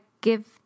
give